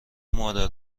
مادر